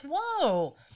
whoa